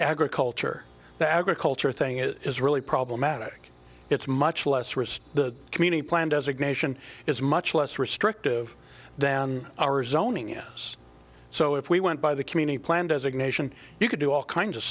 agriculture the agriculture thing is really problematic it's much less risky the community plan designation is much less restrictive than our zoning it is so if we went by the community plan designation you could do all kinds of